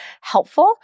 helpful